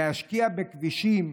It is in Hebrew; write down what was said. להשקיע בכבישים.